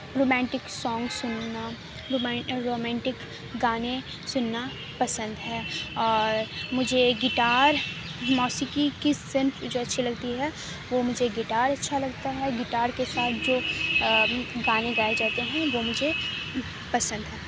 romantic song سننا romantic گانے سننا پسند ہے اور مجھے گٹار موسیقی کی صنف جو اچھی لگتی ہے وہ مجھے گٹار اچھا لگتا ہے گٹار کے ساتھ جو گانے گائے جاتے ہیں وہ مجھے پسند ہیں